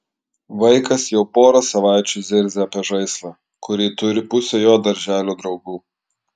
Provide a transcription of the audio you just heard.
vaikas jau porą savaičių zirzia apie žaislą kurį turi pusė jo darželio draugų